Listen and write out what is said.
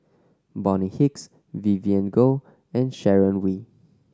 Bonny Hicks Vivien Goh and Sharon Wee